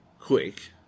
quick